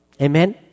Amen